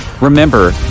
Remember